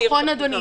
זה נכון, אדוני.